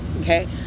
Okay